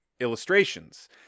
illustrations